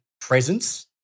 presence